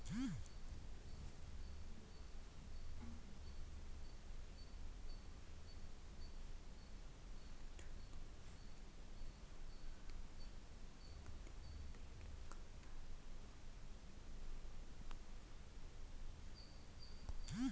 ತುಂತುರು ನೀರಾವರಿ ನೀರು ಒಂದ್ಕಡೆ ಬೀಳೋಕಾರ್ಣ ನೀರು ವೇಸ್ಟ್ ಆಗತ್ತೆ ಇದ್ನ ಶುಂಠಿ ಬೆಳೆಗೆ ಬಳಸ್ತಾರೆ